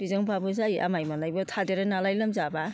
बिजों बाबो जायो आमाइ मोननायबो थादेरो नालाय लोमजाब्ला